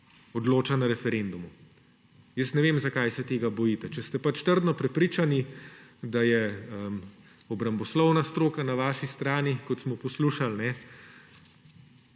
odloča na referendumu. Jaz ne vem, zakaj se tega bojite. Če ste trdno prepričani, da je obramboslovna stroka na vaši strani, kot smo poslušali,